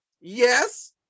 Yes